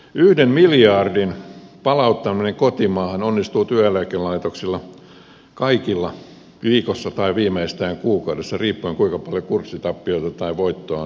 yhden miljardin palauttaminen kotimaahan onnistuu työeläkelaitoksilla kaikilla viikossa tai viimeistään kuukaudessa riippuen kuinka paljon kurssitappiota tai voittoa on saatavissa